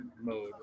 mode